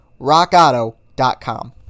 rockauto.com